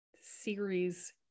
series